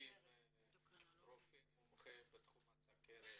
מביאים רופא מומחה בתחום הסוכרת?